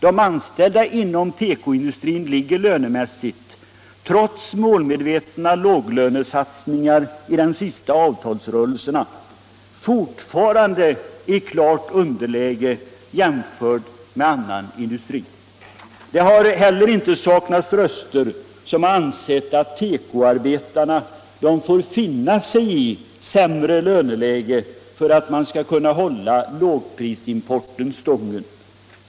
De anställda inom tekoindustrin ligger lönemässigt, trots de målmedvetna låglönesatsningarna i de senaste avtalsrörelserna, fortfarande i klart underläge vid en jämförelse med anställda inom andra industrier. Det har inte heller saknats uttalanden om att tekoarbetarna får finna sig i ett sämre löneläge för att man skall kunna hålla lågprisimporten stången.